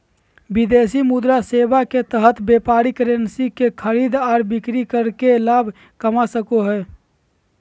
विदेशी मुद्रा सेवा के तहत व्यापारी करेंसी के खरीद आर बिक्री करके लाभ कमा सको हय